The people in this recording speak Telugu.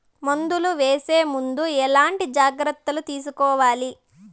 మందులు వేసే ముందు ఎట్లాంటి జాగ్రత్తలు తీసుకోవాలి?